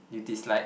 you dislike